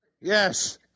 Yes